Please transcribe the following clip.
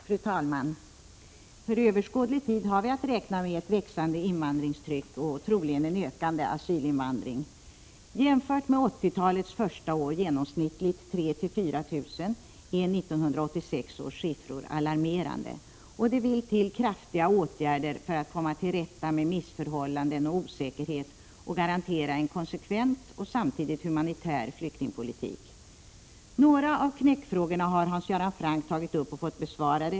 Fru talman! För överskådlig tid har vi att räkna med ett växande invandringstryck och troligen en ökande asylinvandring. Jämfört med 1980-talets första år, genomsnittligt 3 000—4 000, är 1986 års siffror alarmerande. Det vill till kraftiga åtgärder för att komma till rätta med missförhållanden och osäkerhet och garantera en konsekvent och samtidigt humanitär flyktingpolitik. Några av knäckfrågorna har Hans Göran Franck tagit upp och fått besvarade.